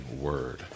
word